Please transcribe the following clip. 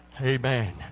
Amen